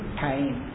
time